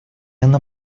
она